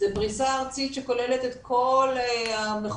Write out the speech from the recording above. זו פריסה ארצית שכוללת את כל המחוזות,